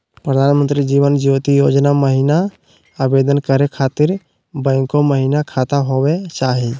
प्रधानमंत्री जीवन ज्योति योजना महिना आवेदन करै खातिर बैंको महिना खाता होवे चाही?